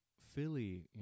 Philly